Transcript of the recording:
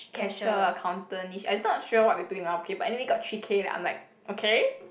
cashier accountant-ish I not sure what they doing lah but anyway got three K then I'm like okay